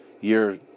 year